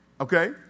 Okay